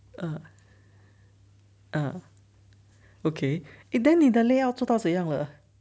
uh uh okay eh then 你的 layout 做到怎样了